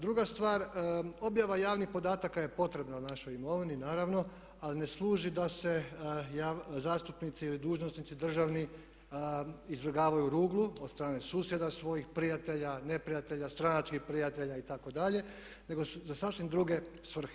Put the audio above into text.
Druga stvar, objava javnih podataka je potrebna našoj imovini naravno ali ne služi da se zastupnici ili dužnosnici državni izvrgavaju ruglu od strane susjeda svojih, prijatelja, neprijatelja, stranačkih prijatelja itd. nego za sasvim druge svrhe.